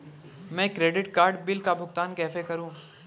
मैं credit card bill का भुगतान कैसे करूं?